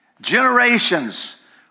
Generations